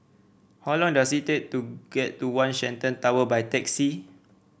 how long does it take to get to One Shenton Tower by taxi